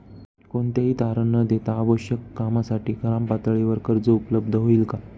कोणतेही तारण न देता आवश्यक कामासाठी ग्रामपातळीवर कर्ज उपलब्ध होईल का?